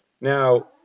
Now